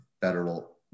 federal